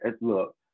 Look